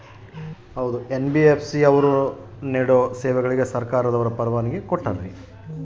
NBFC ಅವರು ನೇಡೋ ಸೇವೆಗಳಿಗೆ ಸರ್ಕಾರದವರು ಪರವಾನಗಿ ಕೊಟ್ಟಾರೇನ್ರಿ?